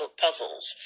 puzzles